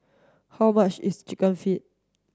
how much is chicken feet